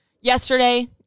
Yesterday